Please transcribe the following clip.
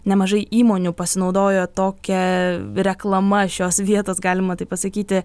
nemažai įmonių pasinaudojo tokia reklama šios vietos galima taip pasakyti